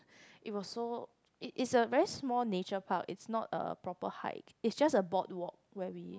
it was so is is a very small nature walk is not a proper hike it just a boardwalk where we